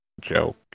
joke